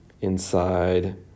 inside